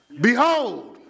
Behold